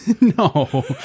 No